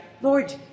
Lord